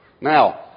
Now